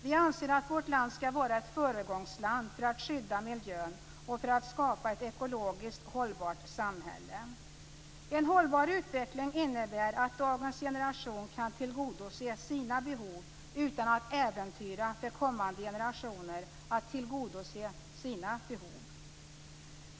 Vi anser att vårt land skall vara ett föregångsland för att skydda miljön och för att skapa ett ekologiskt hållbart samhälle. En hållbar utveckling innebär att dagens generation kan tillgodose sina behov utan att äventyra kommande generationers möjligheter att tillgodose sina.